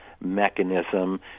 mechanism